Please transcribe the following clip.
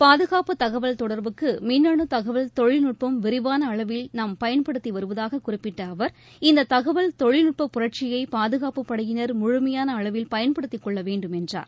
பாதுகாப்பு தகவல் தொடர்புக்கு மின்னனு தகவல் தொழில்நுட்பம் விரிவான அளவில் நாம் பயன்படுத்தி வருவதாகக் குறிப்பிட்ட அவர் இந்த தகவல் தொழில்நுட்பப் புரட்சியை பாதுகாப்புப் படையினர் முழுமையான அளவில் பயன்படுத்திக் கொள்ள வேண்டும் என்றார்